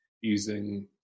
using